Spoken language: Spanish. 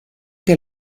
que